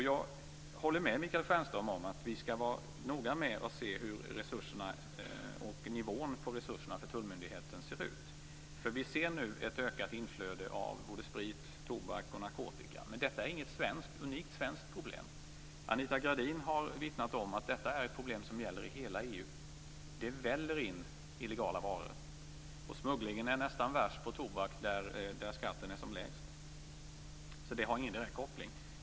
Jag håller med Michael Stjernström om att vi skall vara noga med att se hur resurserna och nivån på resurserna till tullmyndigheten ser ut. Vi ser nu ett ökat inflöde av sprit, tobak och narkotika. Men detta är inget unikt svenskt problem. Anita Gradin har vittnat om att detta är ett problem som gäller i hela EU. Det väller in illegala varor. Smugglingen är nästan värst i fråga om tobak, där skatten är som lägst. Där finns det alltså ingen direkt koppling.